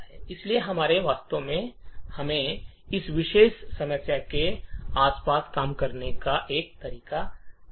इसलिए हमें वास्तव में इस विशेष समस्या के आसपास काम करने का एक तरीका चाहिए